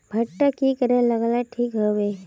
भुट्टा की करे लगा ले ठिक है बय?